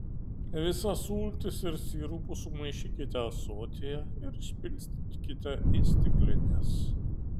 visas sultis ir sirupus sumaišykite ąsotyje ir išpilstykite į stiklines